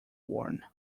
worn